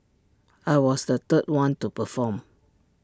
I was the third one to perform